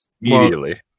Immediately